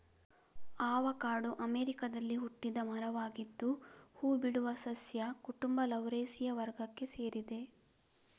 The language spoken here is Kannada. ಆವಕಾಡೊ ಅಮೆರಿಕಾದಲ್ಲಿ ಹುಟ್ಟಿದ ಮರವಾಗಿದ್ದು ಹೂ ಬಿಡುವ ಸಸ್ಯ ಕುಟುಂಬ ಲೌರೇಸಿಯ ವರ್ಗಕ್ಕೆ ಸೇರಿದೆ